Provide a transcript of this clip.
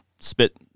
spit